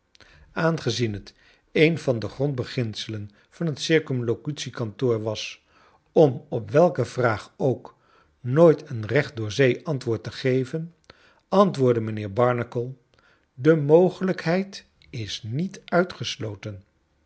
aangezien het een van de grondbeginselen van het c k was om op welke vraag ook nooit een rechtdoor zee antwoord te geven antwoordde mijnheer barnacle de mogelijkheid is niet uitgesloten